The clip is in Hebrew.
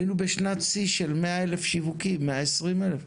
היינו בשנת שיא של 100,000-120,000 שיווקיים.